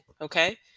okay